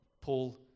Paul